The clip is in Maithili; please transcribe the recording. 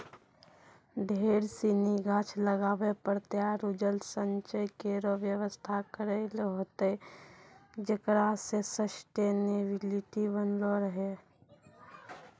ढेर सिनी गाछ लगाबे पड़तै आरु जल संचय केरो व्यवस्था करै ल होतै जेकरा सें सस्टेनेबिलिटी बनलो रहे